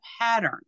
pattern